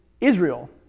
Israel